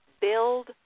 build